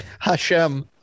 Hashem